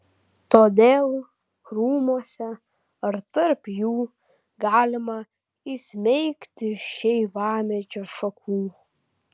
todėl krūmuose ar tarp jų galima įsmeigti šeivamedžio šakų